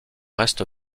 reste